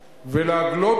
אמיתי,